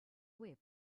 whip